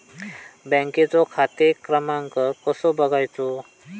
बँकेचो खाते क्रमांक कसो बगायचो?